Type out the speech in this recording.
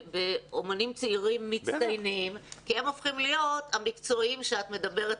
באומנים צעירים מצטיינים כי הם הופכים להיות המקצועיים שאת מדברת